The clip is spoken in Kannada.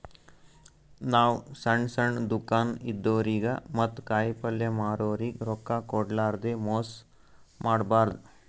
ನಾವ್ ಸಣ್ಣ್ ಸಣ್ಣ್ ದುಕಾನ್ ಇದ್ದೋರಿಗ ಮತ್ತ್ ಕಾಯಿಪಲ್ಯ ಮಾರೋರಿಗ್ ರೊಕ್ಕ ಕೋಡ್ಲಾರ್ದೆ ಮೋಸ್ ಮಾಡಬಾರ್ದ್